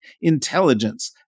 intelligence